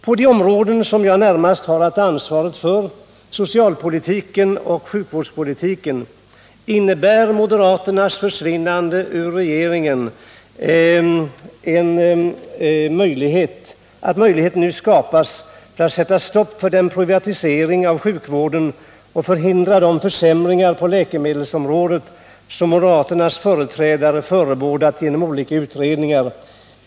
På de områden som jag närmast har att ta ansvaret för — socialpolitiken och sjukvårdspolitiken — innebär moderaternas försvinnande ur regeringen att möjlighet nu skapas att sätta stopp för den privatisering av sjukvården och förhindra de försämringar på läkemedelsområdet som moderaternas företrädare förebådat genom olika utredningar.